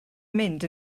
mynd